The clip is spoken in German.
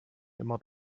immer